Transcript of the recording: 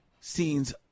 scenes